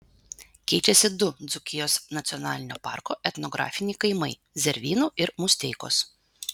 keičiasi du dzūkijos nacionalinio parko etnografiniai kaimai zervynų ir musteikos